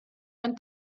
and